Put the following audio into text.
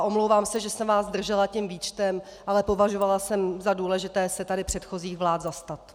A omlouvám se, že jsem vás zdržela tím výčtem, ale považovala jsem za důležité se tady předchozích vlád zastat.